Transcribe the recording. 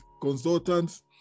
consultants